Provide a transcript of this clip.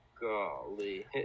golly